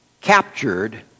captured